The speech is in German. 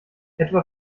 etwa